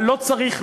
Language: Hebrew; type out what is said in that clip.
לא צריך,